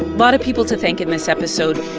lot of people to thank in this episode.